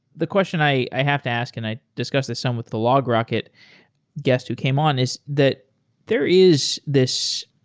the question i i have to ask, and i discussed this some with the logrocket guest who came on, is that there is this